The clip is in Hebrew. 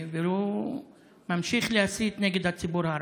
והוא ממשיך להסית נגד הציבור הערבי.